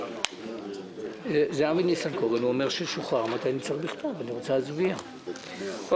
השרון, צפונית לכפר סבא.